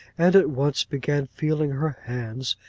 and at once began feeling her hands,